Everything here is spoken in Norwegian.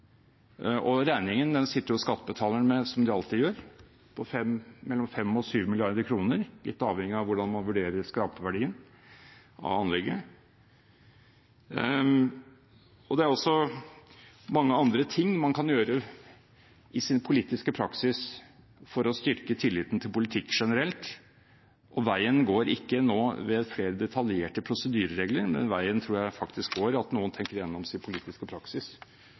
Og regningen sitter skattebetalerne med, som de alltid gjør, på mellom 5 og 7 mrd. kr, litt avhengig av hvordan man vurderer skrapverdien av anlegget. Det er også mange andre ting man kan gjøre i sin politiske praksis for å styrke tilliten til politikk generelt. Veien går ikke nå ved flere detaljerte prosedyreregler. Veien tror jeg faktisk går ved at noen tenker igjennom sin politiske praksis,